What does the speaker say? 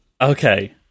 Okay